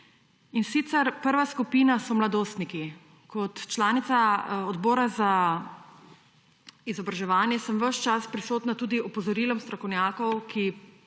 davek. Prva skupina so mladostniki. Kot članica odbora za izobraževanje ves čas prisostvujem tudi opozorilom strokovnjakov, ki